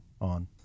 on